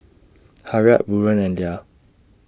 Harriet Buren and Lia